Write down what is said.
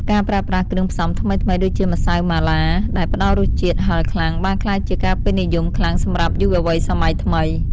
ការប្រើប្រាស់គ្រឿងផ្សំថ្មីៗដូចជាម្សៅម៉ាឡា ដែលផ្ដល់រសជាតិហឹរខ្លាំងបានក្លាយជាការពេញនិយមខ្លាំងសម្រាប់យុវវ័យសម័យថ្មី។